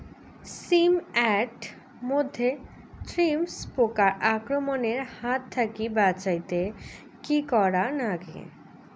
শিম এট মধ্যে থ্রিপ্স পোকার আক্রমণের হাত থাকি বাঁচাইতে কি করা লাগে?